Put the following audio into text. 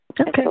Okay